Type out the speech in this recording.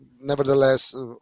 nevertheless